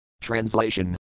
Translation